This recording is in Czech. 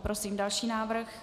Prosím další návrh.